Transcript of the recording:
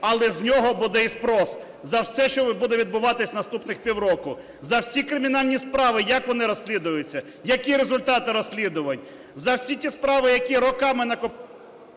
Але з нього буде і спрос за все, що буде відбуватися наступних півроку: за всі кримінальні справи, як вони розслідуються, які результати розслідувань, за всі ті справи, які роками… ГОЛОВУЮЧИЙ.